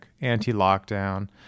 anti-lockdown